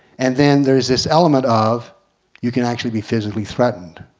and then there's this element of you can actually be physically threatened.